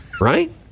Right